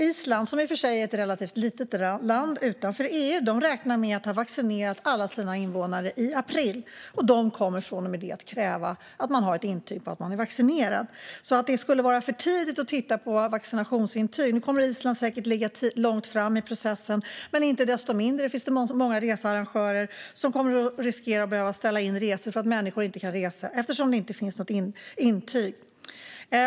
Island är i och för sig ett relativt litet land utanför EU, men man räknar med att ha vaccinerat alla sina invånare i april. Från och med då kommer man att kräva vaccinationsintyg. Island kommer säkert att ligga långt framme i processen, men inte desto mindre kommer många researrangörer att riskera att behöva ställa in resor eftersom människor från andra länder saknar intyg.